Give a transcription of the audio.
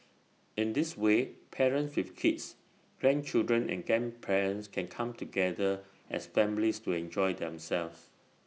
in this way parents with kids grandchildren and grandparents can come together as families to enjoy themselves